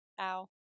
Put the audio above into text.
Ow